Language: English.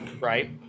right